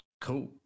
cool